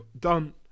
done